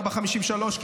16:53,